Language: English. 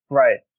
right